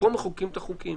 פה מחוקקים את החוקים.